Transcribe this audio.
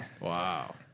Wow